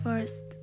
First